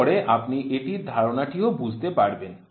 তারপরে আপনি এটির ধারণাটিও বুঝতে পারবেন